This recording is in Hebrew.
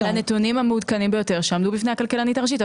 על הנתונים המעודכנים ביותר שעמדו בפני הכלכלנית הראשית.